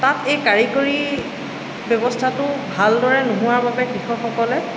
তাত এই কাৰিকৰী ব্যৱস্থাটো ভালদৰে নোহোৱা বাবে কৃষকসকলে